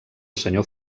senyor